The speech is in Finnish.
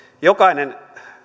jokainen